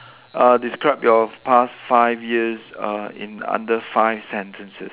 uh describe your past five years uh in under five sentences